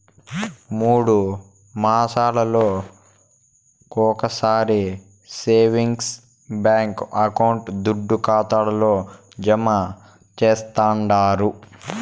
మూడు మాసాలొకొకసారి సేవింగ్స్ బాంకీ అకౌంట్ల దుడ్డు ఖాతాల్లో జమా చేస్తండారు